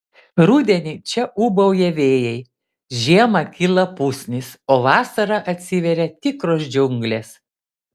rudenį čia ūbauja vėjai žiemą kyla pusnys o vasarą atsiveria tikros džiunglės